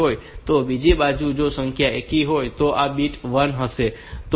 બીજી બાજુ જો સંખ્યા એકી હોય તો આ બીટ 1 હશે